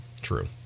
True